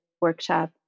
workshop